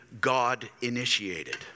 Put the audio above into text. God-initiated